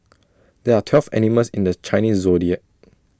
there are twelve animals in the Chinese Zodiac